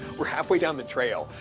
we're halfway down the trail,